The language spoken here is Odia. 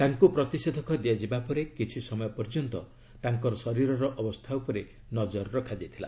ତାଙ୍କୁ ପ୍ରତିଷେଧକ ଦିଆଯିବା ପରେ କିଛି ସମୟ ପର୍ଯ୍ୟନ୍ତ ତାଙ୍କର ଶରୀରର ଅବସ୍ଥା ଉପରେ ନଜର ରଖାଯାଇଥିଲା